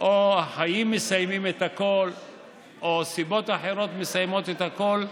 או החיים מסיימים את הכול או סיבות אחרות מסיימות את הכול.